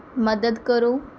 ਮਦਦ ਕਰੋ